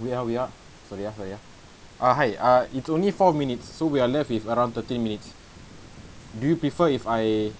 wait ah wait ah sorry ah sorry ah ah hi ah it's only four minutes so we are left with around thirty minutes do you prefer if I